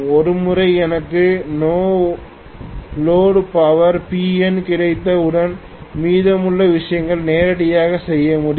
ஒருமுறை எனக்கு no load power Pn கிடைத்தவுடன் மீதமுள்ள விஷயங்களை நேரடியாக செய்ய முடியும்